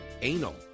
Anal